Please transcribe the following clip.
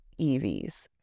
EVs